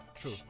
true